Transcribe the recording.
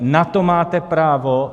Na to máte právo.